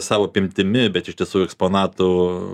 savo apimtimi bet iš tiesų eksponatų